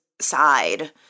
side